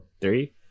three